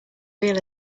real